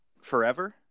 forever